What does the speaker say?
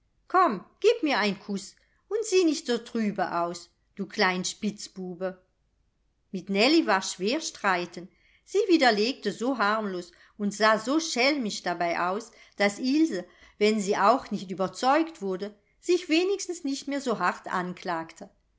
komm gieb mir ein kuß und sieh nicht so trübe aus du klein spitzbube mit nellie war schwer streiten sie widerlegte so harmlos und sah so schelmisch dabei aus daß ilse wenn sie auch nicht überzeugt wurde sich wenigstens nicht mehr so hart anklagte